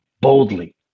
boldly